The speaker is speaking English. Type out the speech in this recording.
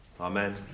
Amen